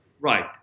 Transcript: Right